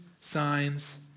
signs